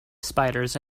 spiders